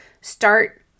start